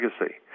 legacy